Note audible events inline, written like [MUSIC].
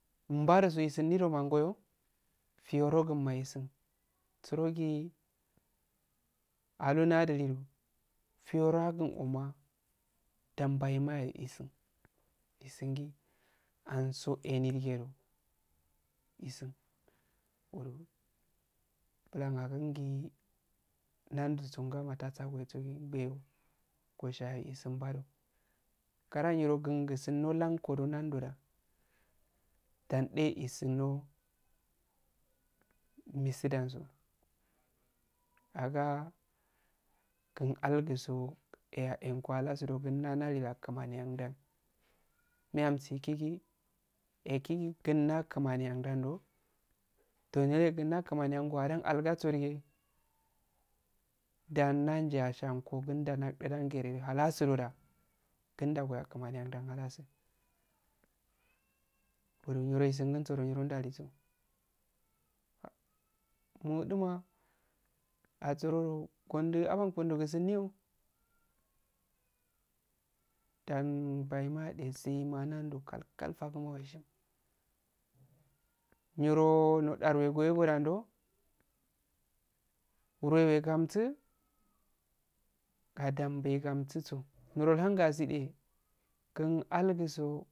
Mbado so isinrodo mangoyo fiyo rogunma isun surogi alunadlido fiyaragunoma danbayema isun isungi anso enidugedo isun godo bulan agungi nandu songama tasusuwe [UNINTELLIGIBLE] gara inyiro gasun kdo ko do nando da dane isuno misudanso aga kun alguso eya enko halasudo gunna laliga kumani amdan meyanisikeke ekiki kunna kumani andando [UNINTELLIGIBLE] alga so dige dannanjiya shankoogunda nak dudan gere halasu doda kunda goya kumani ndan halasu [UNINTELLIGIBLE] daliso [HESITATION] muduma asurdo kondun aban kondugu sunmyo dan bayyamade sei ma nando kalkal nyiro oodaye gorgonando wre wegamsu gadam gegamsus nyiro ulhun gaside kun alguso